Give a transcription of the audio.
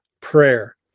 prayer